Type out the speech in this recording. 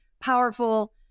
powerful